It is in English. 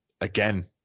again